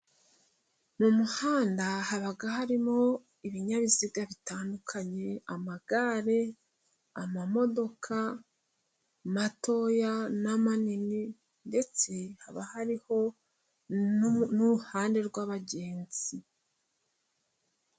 Mu muhanda haba harimo ibinyabiziga bitandukanye, amagare, amamodoka matoya n'amanini, ndetse haba hariho n'uruhande rw'abagenzi.